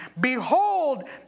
Behold